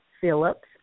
Phillips